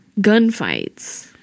gunfights